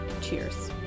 Cheers